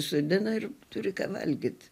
sodina ir turi ką valgyti